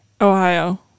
Ohio